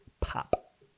pop